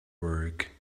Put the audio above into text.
work